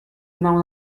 znał